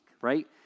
right